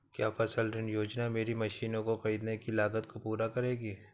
क्या फसल ऋण योजना मेरी मशीनों को ख़रीदने की लागत को पूरा करेगी?